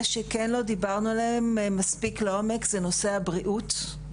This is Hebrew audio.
מה שכן לא דיברנו עליו מספיק לעומק זה נושא הבריאות.